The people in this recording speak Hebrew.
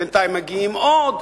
בינתיים מגיעים עוד.